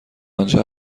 آنجا